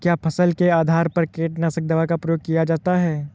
क्या फसल के आधार पर कीटनाशक दवा का प्रयोग किया जाता है?